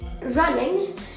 Running